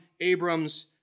Abram's